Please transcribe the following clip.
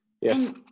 Yes